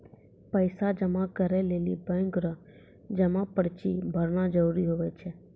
पैसा जमा करै लेली बैंक रो जमा पर्ची भरना जरूरी हुवै छै